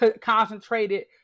concentrated